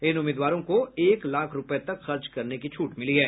इन उम्मीदवारों को एक लाख तक खर्च करने की छुट मिली है